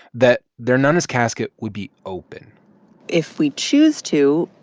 that their nana's casket would be open if we choose to,